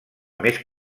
més